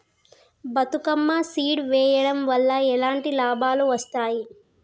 Bathukamma seed వెయ్యడం వల్ల ఎలాంటి లాభాలు వస్తాయి?